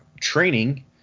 training